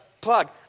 plug